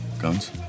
guns